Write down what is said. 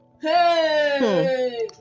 Hey